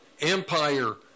Empire